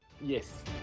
yes